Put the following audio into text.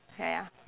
ya ya